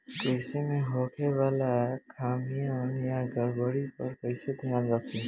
कृषि में होखे वाला खामियन या गड़बड़ी पर कइसे ध्यान रखि?